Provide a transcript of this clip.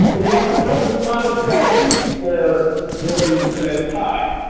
so we have roughly five seconds before the woman says hi.